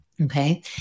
Okay